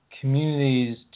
communities